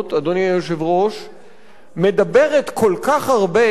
מדברת כל כך הרבה על מלחמה נגד אירן.